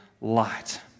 light